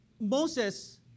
Moses